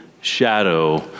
shadow